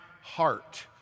heart